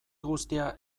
guztia